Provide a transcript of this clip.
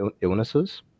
illnesses